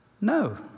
No